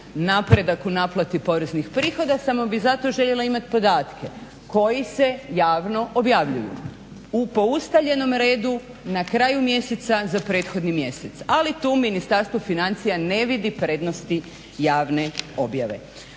napredak u naplati poreznih prihoda samo bi zato željela imat podatke koji se javno objavljuju po ustaljenom redu na kraju mjeseca za prethodni mjesec, ali tu Ministarstvo financija ne vidi prednosti javne objave.